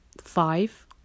five